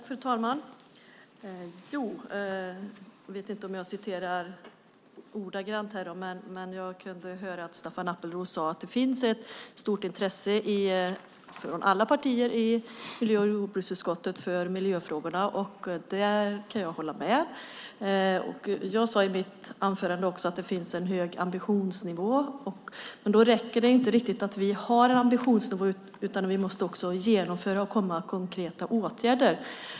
Fru talman! Jag vet inte om jag återger det ordagrant, men jag kunde höra att Staffan Appelros sade att det finns ett stort intresse från alla partier i miljö och jordbruksutskottet för miljöfrågorna. Där kan jag hålla med. Jag sade i mitt anförande att det finns en hög ambitionsnivå, men det räcker inte. Vi måste också genomföra och komma med konkreta åtgärder.